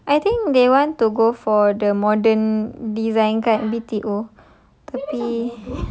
ya I think they want to go for the modern design kind B_T_O